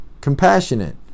compassionate